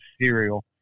cereal